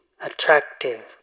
attractive